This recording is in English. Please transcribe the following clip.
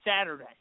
Saturday